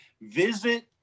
Visit